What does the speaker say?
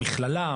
המכללה,